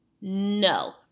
No